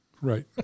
Right